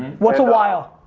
what's a while?